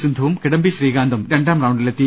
സിന്ധുവും കിഡംബി ശ്രീകാന്തും രണ്ടാം റൌണ്ടിലെത്തി